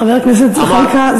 חבר הכנסת זחאלקה,